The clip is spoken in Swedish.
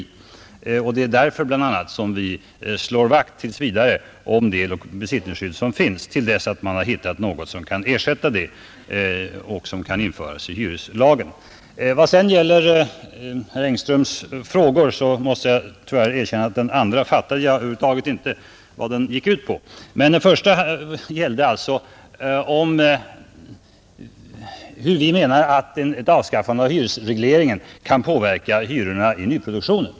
Det är bl.a. därför som vi slår vakt om det besittningsskydd som finns till dess att man har hittat någonting som kan ersätta det och som kan införas i hyreslagen. Vad sedan gäller herr Engströms frågor måste jag tyvärr erkänna att jag över huvud taget inte uppfattade den andra frågan. Den första gällde hur vi menar att ett avskaffande av hyresregleringen kan påverka hyrorna i nyproduktionen.